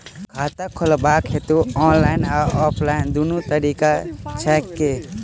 खाता खोलेबाक हेतु ऑनलाइन आ ऑफलाइन दुनू तरीका छै की?